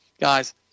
Guys